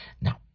Now